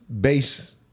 base